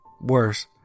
Worse